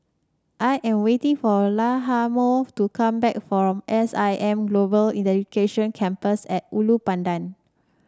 I am waiting for Lahoma to come back from S I M Global Education Campus at Ulu Pandan